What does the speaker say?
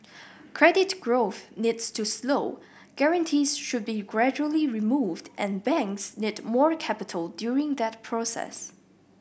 credit growth needs to slow guarantees should be gradually removed and banks need more capital during that process